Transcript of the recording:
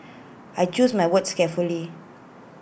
I choose my words carefully